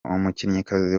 umukinnyikazi